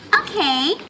Okay